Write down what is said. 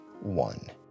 one